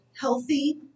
healthy